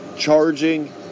Charging